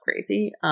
crazy